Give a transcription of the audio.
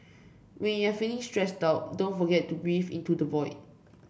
when you are feeling stressed out don't forget to breathe into the void